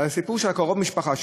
סיפור של קרוב משפחה שלו.